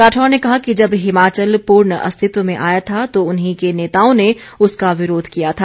राठौर ने कहा कि जब हिमाचल पूर्ण अस्तित्व में आया था तो उन्हीं के नेताओं ने उसका विरोध किया था